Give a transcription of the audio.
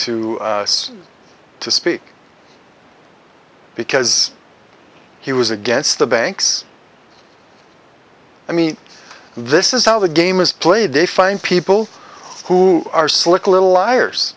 to us to speak because he was against the banks i mean this is how the game is played they find people who are slick little liars